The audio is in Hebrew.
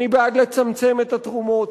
אני בעד לצמצם את התרומות,